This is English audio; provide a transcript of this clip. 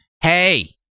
Hey